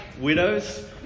widows